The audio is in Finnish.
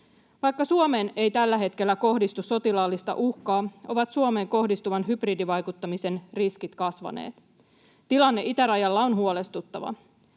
Vaikka Suomeen ei tällä hetkellä kohdistu sotilaallista uhkaa, ovat Suomeen kohdistuvan hybridivaikuttamisen riskit kasvaneet. Tilanne itärajalla on huolestuttava.